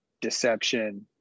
deception